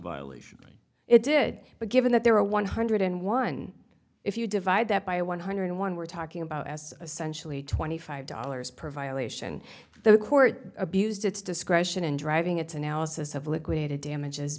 violation it did but given that there are one hundred and one if you divide that by one hundred one we're talking about as essentially twenty five dollars per violation the court abused its discretion in driving its analysis of liquidated damages